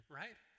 right